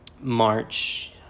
March